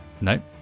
No